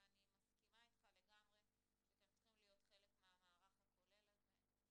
ואני מסכימה איתך לגמרי שאתם צריכים להיות חלק מהמערך הכולל הזה.